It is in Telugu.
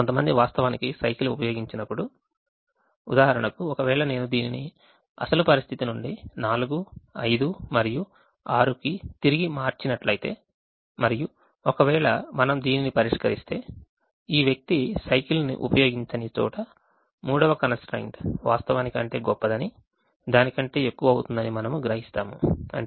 కొంతమంది వాస్తవానికి సైకిల్ను ఉపయోగించనప్పుడు ఉదాహరణకు ఒకవేళ నేను దీనిని అసలు పరిస్థితి నుండి 4 5 మరియు 6 కి తిరిగి మార్చినట్లయితే మరియు ఒకవేళ మనం దీనిని పరిష్కరిస్తే ఈ వ్యక్తి సైకిల్ను ఉపయోగించని చోట మూడవ constraint వాస్తవానికంటే గొప్పదని దాని కంటే ఎక్కువ అవుతుందని మనము గ్రహిస్తాం